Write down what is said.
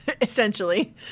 essentially